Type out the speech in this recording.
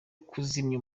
kuzimya